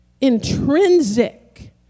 intrinsic